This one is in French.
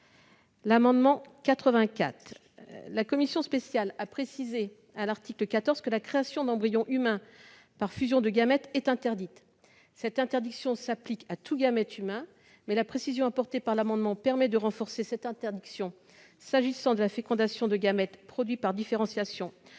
l'amendement n° 84 rectifié, la commission spéciale a précisé à l'article 14 que la création d'embryons humains par fusion de gamètes était interdite. Cette interdiction s'applique à tous les gamètes humains, mais la précision que comporte l'amendement permet de la renforcer, s'agissant de la fécondation de gamètes produits par différenciation